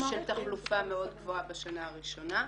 של תחלופה מאוד גבוהה בתחלופה הראשונה.